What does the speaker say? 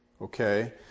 Okay